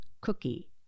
cookie